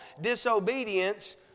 disobedience